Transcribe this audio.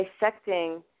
dissecting